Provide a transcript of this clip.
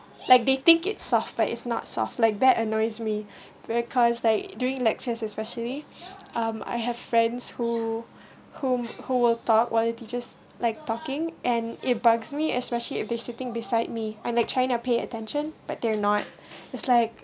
can you like just keep quiet like they think it's soft but it's not soft like that annoys me because like during lectures especially um I have friends who whom who will talk while the teachers like talking and it bugs me especially if they sitting beside me and they trying to pay attention but they're not it's like